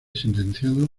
sentenciado